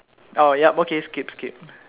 oh yup okay skip skip